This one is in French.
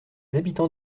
habitans